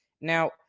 Now